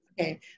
Okay